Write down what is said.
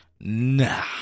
Nah